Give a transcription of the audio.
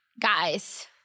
Guys